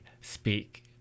speak